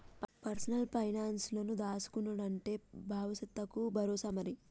personal పైనాన్సుల దాస్కునుడంటే బవుసెత్తకు బరోసా మరి